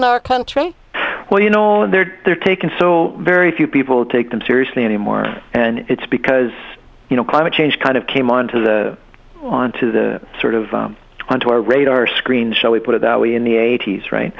in our country well you know and they're they're taken so very few people take them seriously anymore and it's because you know climate change kind of came onto the onto the sort of onto our radar screen shall we put it that way in the eighty's right